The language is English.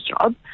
job